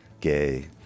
gay